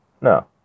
No